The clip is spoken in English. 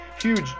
huge